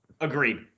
Agreed